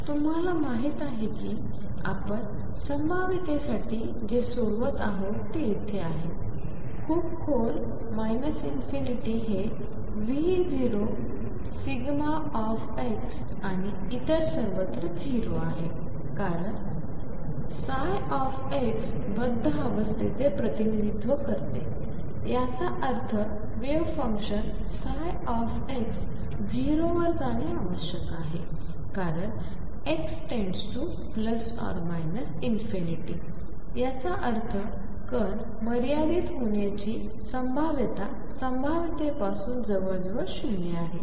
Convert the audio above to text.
तर तुम्हाला माहित आहे कि आपण संभाव्यतेसाठी जे सोडवत आहोत ते येथे आहे खूप खोल ∞ हे V0 आणि इतर सर्वत्र 0 आहे कारण बद्ध अवस्थेचे प्रतिनिधित्व करते याचा अर्थ वेव्ह फंक्शन x 0 वर जाणे आवश्यक आहे कारण x→±∞ याचा अर्थ कण मर्यादित होण्याची संभाव्यता संभाव्यतेपासून जवळजवळ 0 आहे